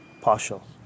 partial